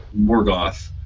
Morgoth